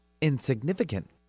insignificant